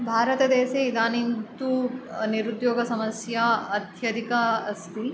भारतदेशे इदानीं तु निरुद्योगसमस्या अत्यधिका अस्ति